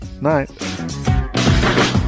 Night